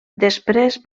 després